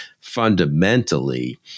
fundamentally